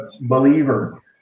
believer